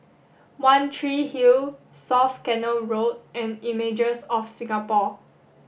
one Tree Hill South Canal Road and Images of Singapore